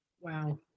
Wow